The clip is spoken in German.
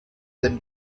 dem